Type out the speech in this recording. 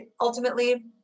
ultimately